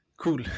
Cool